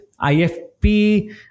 ifp